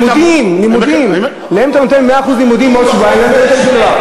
מקיימים לימודים, הם לא מקיימים בכלל.